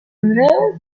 andreu